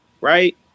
right